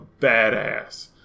badass